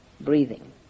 breathing